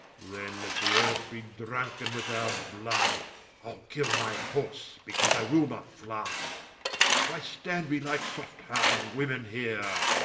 then let the earth be drunken with our blood ile kill my horse, because i will not flye why stand we like soft-hearted women heere,